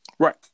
Right